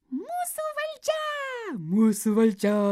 mūsų valdžia mūsų valdžia